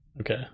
Okay